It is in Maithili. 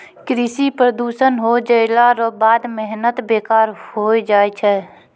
कृषि प्रदूषण हो जैला रो बाद मेहनत बेकार होय जाय छै